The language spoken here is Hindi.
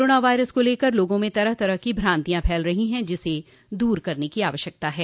कोरोना वायरस को लेकर लोगों में तरह तरह की भ्रांतियां फैल रही हैं जिसको दूर करने की आवश्यकता है